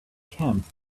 camp